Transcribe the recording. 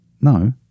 no